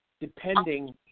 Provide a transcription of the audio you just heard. depending